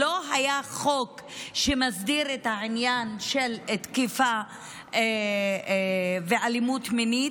לא היה חוק שמסדיר את העניין של תקיפה ואלימות מינית.